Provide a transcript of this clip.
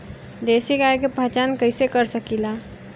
देशी गाय के पहचान कइसे कर सकीला?